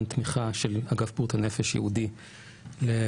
תמיכה של אגף בריאות הנפש ייעודי אמבולטורי,